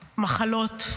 מחלות.